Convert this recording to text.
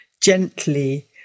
gently